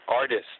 artist